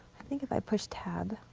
think if i push tab,